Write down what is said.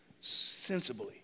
sensibly